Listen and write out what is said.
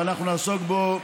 אבל אנחנו נעסוק בו,